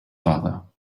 father